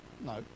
No